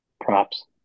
props